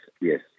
yes